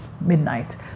midnight